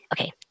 Okay